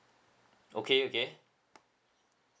okay okay